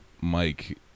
Mike